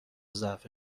ضعف